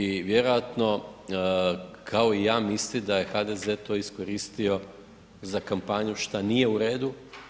I vjerojatno kao i ja misli da je HDZ to iskoristio za kampanju, šta nije uredu.